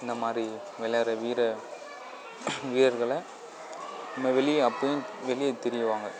இந்த மாதிரி விளையாடுற வீர வீரர்களை நம்ம வெளியே அப்பவும் வெளியே தெரிவாங்க